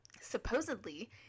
supposedly